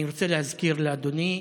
אני רוצה להזכיר לאדוני: